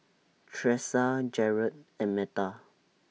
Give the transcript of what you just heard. Thresa Jarred and Metha